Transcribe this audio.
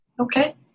Okay